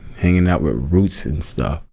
hanging out with roots and stuff